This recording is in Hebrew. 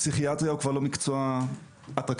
פסיכיאטריה היא כבר לא מקצוע אטרקטיבי.